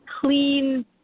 clean